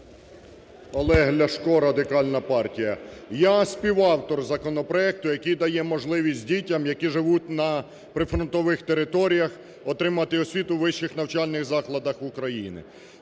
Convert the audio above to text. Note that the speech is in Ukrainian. Олег Ляшко, Радикальна партія. Я співавтор законопроекту, який дає можливість дітям, які живуть на прифронтових територіях, отримати освіту у вищих навчальних закладах України.